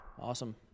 Awesome